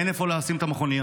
אין איפה לשים את המכוניות.